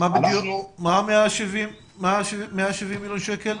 מה עם ה-170 מיליון שקלים?